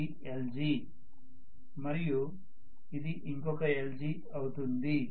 ఇది lg మరియు ఇది ఇంకొక lgఅవుతుంది